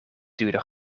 duurder